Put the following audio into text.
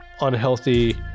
unhealthy